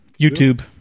youtube